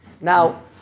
Now